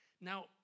Now